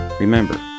Remember